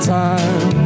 time